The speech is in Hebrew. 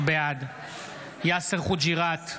בעד יאסר חוג'יראת,